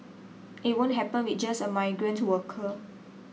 it won't happen with just a migrant worker